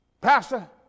Pastor